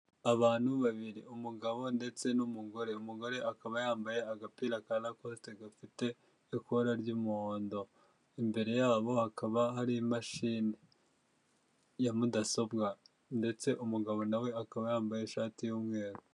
Abantu babiri. Umugabo ndetse n'umugore, umugore akaba yambaye agapira ka lakosite gafite ikora ry'umuhondo, imbere yabo hakaba hari imashini ya mudasobwa ndetse umugabo nawe akaba yambaye ishati y'umweru